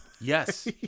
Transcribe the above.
Yes